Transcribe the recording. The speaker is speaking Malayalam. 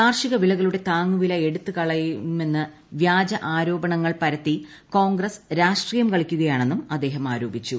കാർഷിക വിളകളുടെ താങ്ങുവില എടുത്തൂകള്യു്മെന്ന് വ്യാജ ആരോപണങ്ങൾ പരത്തി ക്യോൺഗ്രസ് രാഷ്ട്രീയം കളിക്കുകയാണെന്നും അദ്ദേഹൃ ആരോപിച്ചു